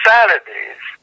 Saturdays